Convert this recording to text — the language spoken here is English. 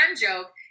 joke